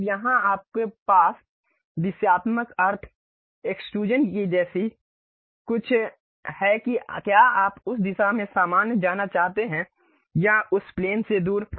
अब यहां आपके पास दिशात्मक अर्थ एक्सट्रूज़न की दिशा जैसी कुछ है कि क्या आप उस दिशा में सामान्य जाना चाहते हैं या उस प्लेन से दूर